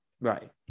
Right